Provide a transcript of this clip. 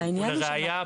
לראיה,